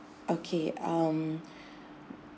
okay um